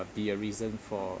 be a reason for